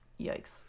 yikes